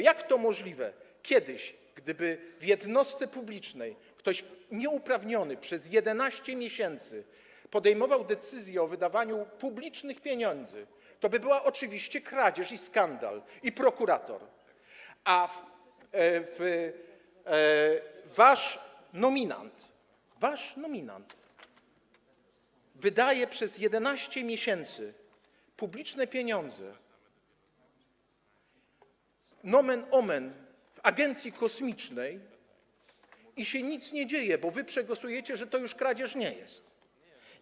Jak to możliwe, że kiedyś gdyby w jednostce publicznej ktoś nieuprawniony przez 11 miesięcy podejmował decyzje o wydawaniu publicznych pieniędzy, to byłaby oczywiście kradzież i skandal, i prokurator, a wasz nominant, wydaje przez 11 miesięcy publiczne pieniądze nomen omen w agencji kosmicznej i nic się nie dzieje, bo wy przegłosujecie, że to już nie jest kradzież.